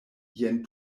jen